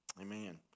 amen